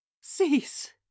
Cease